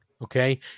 okay